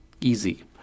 easy